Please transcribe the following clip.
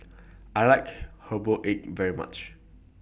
I like Herbal Egg very much